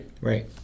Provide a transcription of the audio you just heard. Right